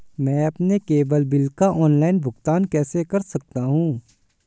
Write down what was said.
मैं अपने cable bill का ऑनलाइन भुगतान कैसे कर सकता हूं?